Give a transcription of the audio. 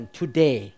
today